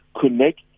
connect